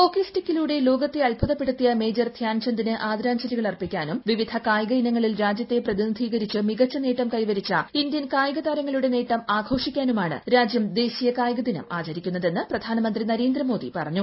hockey സ്റ്റിക്കിലൂടെ ലോകത്തെ അത്ഭുതപ്പെടുത്തിയി മേജർ ധ്യാൻ ചന്ദിന് ആദരാഞ്ജലികൾ അർപ്പിക്കാനും വിവിധ്യ ്കായിക ഇനങ്ങളിൽ രാജ്യത്തെ പ്രതിനിധീകരിച്ച് മികച്ച് നേട്ടം കൈവരിച്ച ഇന്ത്യൻ കായിക താരങ്ങളുടെ നേട്ടം ആഘോഷിക്കാനുമാണ് രാജ്യം ദേശീയ കായിക ദിനം ആചരിക്കുന്ന്റ്തെന്ന് പ്രധാനമന്ത്രി നരേന്ദ്രമോദി പറഞ്ഞു